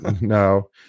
no